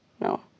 No